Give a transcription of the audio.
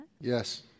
Yes